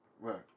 Right